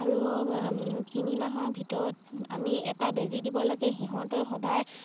আৰু তিনিমাহৰ ভিতৰত আমি এটা বেজী দিব লাগে সিহঁতৰ সদায়